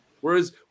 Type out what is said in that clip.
Whereas